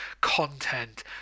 content